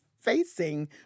facing